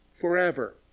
forever